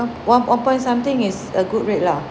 one one point something is a good rate lah